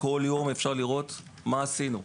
בכל יום אפשר לראות מה עשינו.